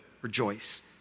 rejoice